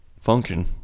function